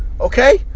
Okay